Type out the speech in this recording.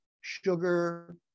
sugar